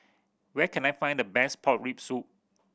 where can I find the best pork rib soup